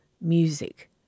music